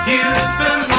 Houston